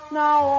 now